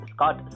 Scott